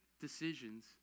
decisions